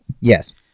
Yes